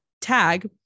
tag